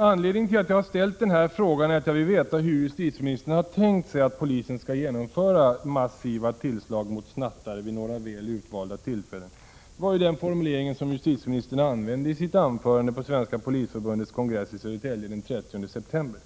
Anledningen till att jag ställt den här frågan är att jag vill veta hur justitieministern har tänkt sig att polisen skall genomföra ”massiva tillslag” mot snattare ”vid några väl utvalda tillfällen”. Det var den formuleringen som justitieministern använde i sitt anförande på Svenska polisförbundets kongress i Södertälje den 30 september.